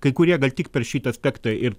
kai kurie gal tik per šitą aspektą ir